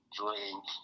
drink